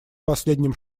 последним